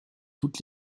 toutes